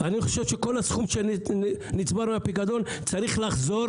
אני חושב שכל הסכום שנצבר מהפיקדון צריך לחזור